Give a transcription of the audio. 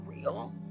real